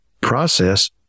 process